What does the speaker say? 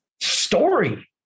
story